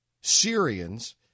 Syrians